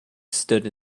stood